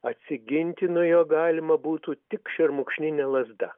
atsiginti nuo jo galima būtų tik šermukšnine lazda